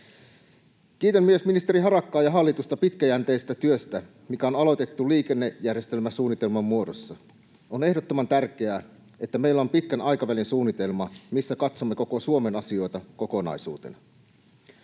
Kiitän myös ministeri Harakkaa ja hallitusta pitkäjänteisestä työstä, mikä on aloitettu liikennejärjestelmäsuunnitelman muodossa. On ehdottoman tärkeää, että meillä on pitkän aikavälin suunnitelma, missä katsomme koko Suomen asioita kokonaisuutena.